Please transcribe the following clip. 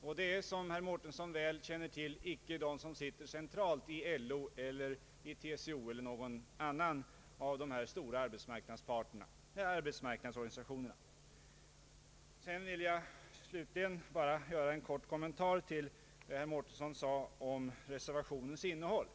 Det gäller här, som herr Mårtensson väl känner till, icke dem som är centralt verksamma inom LO, TCO eller någon annan av de stora arbetsmarknadsorganisationerna. Slutligen vill jag göra en kort kommentar till vad herr Mårtensson sade om reservationens innehåll.